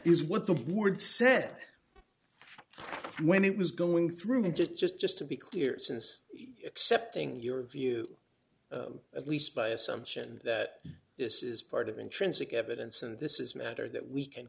is what the board said when it was going through and just just just to be clear since except during your view at least by assumption that this is part of intrinsic evidence and this is a matter that we can